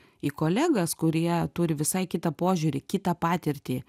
į kolegas kurie turi visai kitą požiūrį kitą patirtį